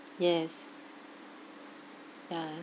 yes ya